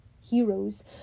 Heroes